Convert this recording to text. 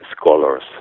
scholars